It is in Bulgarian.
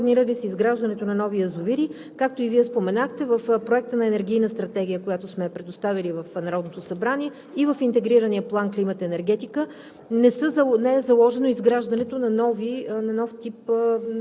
водния ресурс по начин, който е необходим. Що се отнася до това планира ли се изграждането на нови язовири, както и Вие споменахте, в Проекта на енергийна стратегия, която сме предоставили в Народното събрание, и в Интегрирания план „Енергетика